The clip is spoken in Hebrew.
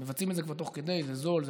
אם מבצעים את זה כבר תוך כדי זה זול,